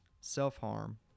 self-harm